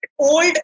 old